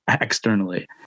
externally